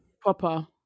Proper